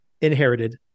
inherited